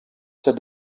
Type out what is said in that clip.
said